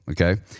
Okay